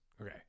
Okay